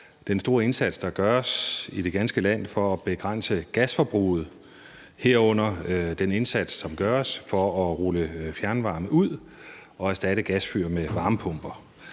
den store indsats, der gøres i det ganske land for at begrænse gasforbruget, herunder den indsats, som gøres for at rulle fjernvarme ud og erstatte gasfyr med varmepumper.